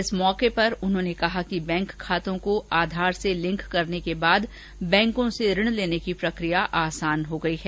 इस अवसर पर उन्होंने कहा कि बैंक खातों को आधार से लिंक होने बैंकों से ऋण लेनी की प्रकिया आसान हो गयी है